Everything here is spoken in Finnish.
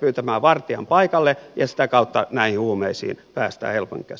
pyytämään vartijan paikalle ja sitä kautta näihin huumeisiin päästään helpommin käsiksi